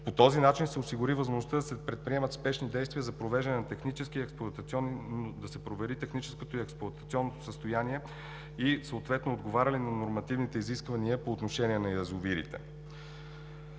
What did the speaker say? По този начин се осигури възможността да се предприемат спешни действия и да се провери техническото и експлоатационното състояние и, съответно, отговаря ли на нормативните изисквания по отношение на язовирите.